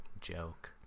joke